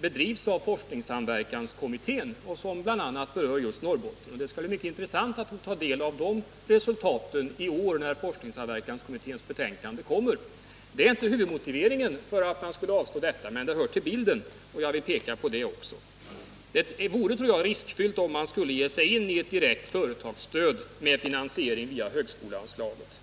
bedrivs av forskningssamverkanskommittén och som bl.a. berör just Norrbotten. Det skall bli värdefullt att få ta del av de resultaten senare i år när forskningssamverkanskommitténs betänkande kommer. Det är visserligen inte huvudmotiveringen för ett avslag, men det hör till bilden, och jag vill peka på det också. Det vore, tror jag, riskfyllt att ge sig in i ett direkt företagsstöd med finansiering via högskoleanslaget.